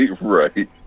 Right